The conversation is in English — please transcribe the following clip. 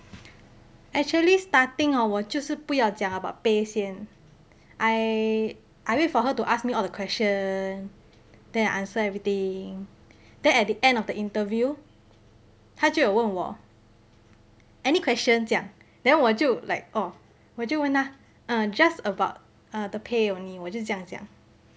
actually starting hor 我就是不要讲 about pay 先 I wait for her to ask me all the questions then I answer everything then at the end of the interview 她就有问我 any question 这样 then 我就 like orh 我就问她 um just about the pay only 我就这样讲